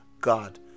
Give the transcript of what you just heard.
God